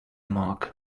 mark